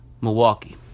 Milwaukee